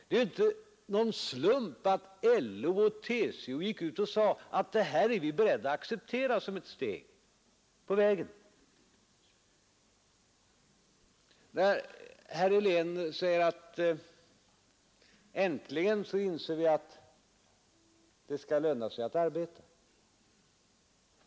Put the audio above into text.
Det är inte en slump att LO och TCO sade att de var beredda att acceptera förslaget som ett steg på vägen. Herr Helén säger att äntligen inser vi att det skall löna sig att arbeta.